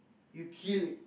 you kill it